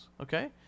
Okay